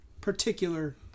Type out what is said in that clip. particular